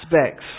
aspects